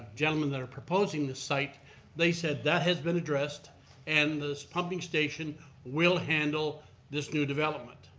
gentlemen that are proposing the site they said that has been addressed and this pumping station will handle this new development.